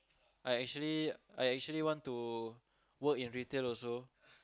I actually I actually want to work in retail also